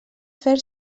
fer